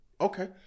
Okay